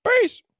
Peace